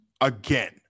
again